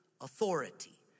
authority